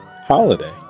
holiday